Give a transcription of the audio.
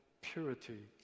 purity